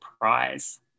prize